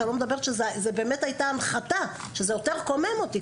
שאני לא מדברת שזה באמת הייתה הנחתה שזה יותר קומם אותי,